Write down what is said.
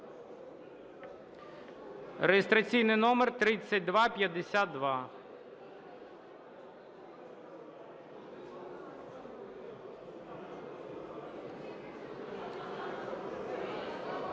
(реєстраційний номер 3252).